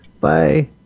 Bye